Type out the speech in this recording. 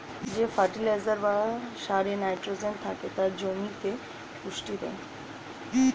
যেই ফার্টিলাইজার বা সারে নাইট্রোজেন থেকে তা জমিতে পুষ্টি দেয়